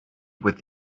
with